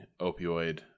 opioid